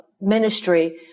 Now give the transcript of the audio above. Ministry